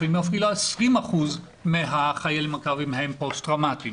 לפעמים אפילו 20% מהחיילים הקרביים הם פוסט טראומטיים.